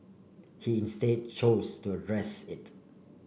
he instead chose to address it